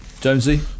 Jonesy